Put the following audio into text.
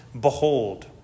behold